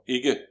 Ikke